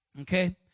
Okay